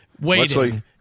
waiting